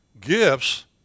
Gifts